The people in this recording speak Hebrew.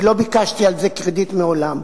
ולא ביקשתי על זה קרדיט מעולם.